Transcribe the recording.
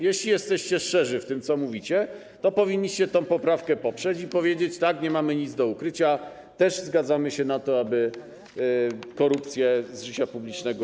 Jeśli jesteście szczerzy w tym, co mówicie, to powinniście tę poprawkę poprzeć i powiedzieć: Tak, nie mamy nic do ukrycia, też zgadzamy się na to, aby eliminować korupcję z życia publicznego.